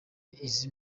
izi